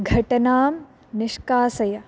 घटनां निष्कासय